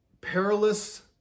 perilous